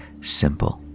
simple